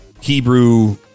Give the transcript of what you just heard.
Hebrew